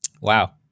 wow